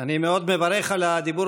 אני מאוד מברך על הדיבור